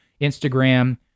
Instagram